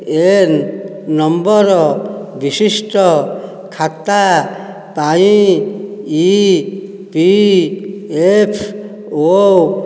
N number ବିଶିଷ୍ଟ ଖାତା ପାଇ ଇ ପି ଏଫ୍ ଓ